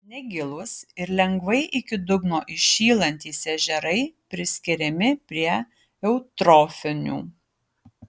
negilūs ir lengvai iki dugno įšylantys ežerai priskiriami prie eutrofinių